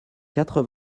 quatre